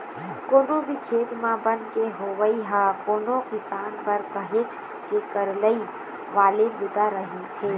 कोनो भी खेत म बन के होवई ह कोनो किसान बर काहेच के करलई वाले बूता रहिथे